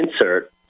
insert